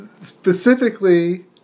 Specifically